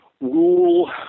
rule